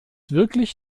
wirklich